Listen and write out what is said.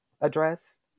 address